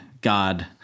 God